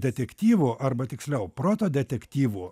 detektyvų arba tiksliau proto detektyvų